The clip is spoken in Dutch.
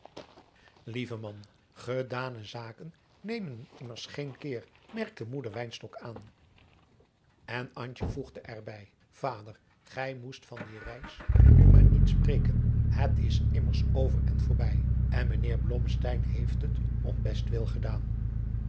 lieve man gedane dingen nemen immers geen keer merkte moeder wynstok aan en antje voegde er bij vader gij moest van die reis nu maar niet spreken het is immers over en voorbij en mijnheer blommesteyn heeft het om bestwil gedaan